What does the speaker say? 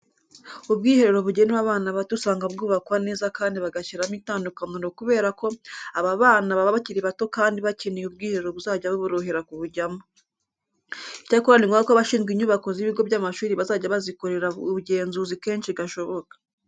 Ubwiherero bugenewe abana bato usanga bwubakwa neza kandi bagashyiramo itandukaniro kubera ko aba bana baba bakiri bato kandi bakeneye ubwiherero buzajya buborohera kubujyamo. Icyakora ni ngombwa ko abashinzwe inyubako z'ibigo by'amashuri bazajya bazikorera ubugenzuzi kenshi gashoboka.